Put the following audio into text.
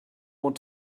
want